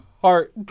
heart